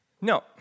No